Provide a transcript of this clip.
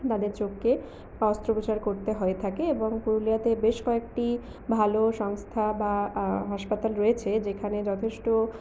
তাদের চোখকে অস্ত্রপচার করতে হয়ে থাকে এবং পুরুলিয়াতে বেশ কয়েকটি ভালো সংস্থা বা হাসপাতাল রয়েছে যেখানে যথেষ্ট